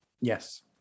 Yes